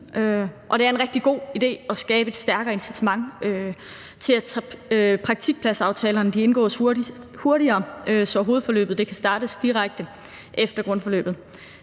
det er en rigtig god idé at skabe et stærkere incitament til, at praktikpladsaftalerne indgås hurtigere, så hovedforløbet kan starte direkte efter grundforløbet.